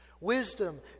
Wisdom